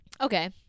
Okay